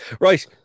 Right